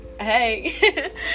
hey